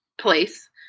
place